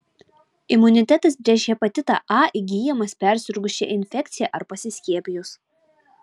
imunitetas prieš hepatitą a įgyjamas persirgus šia infekcija ar pasiskiepijus